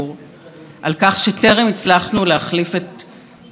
שלטונכם בשלטון שבאמת סופר את העם,